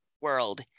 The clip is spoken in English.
world